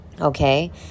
Okay